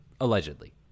Allegedly